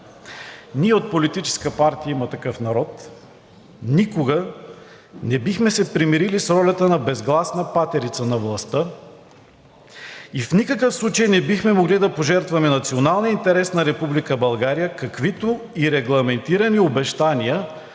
Ние от Политическа партия „Има такъв народ“ никога не бихме се примирили с ролята на безгласна патерица на властта и в никакъв случай не бихме могли да пожертваме националния интерес на Република България, каквито и регламентирани обещания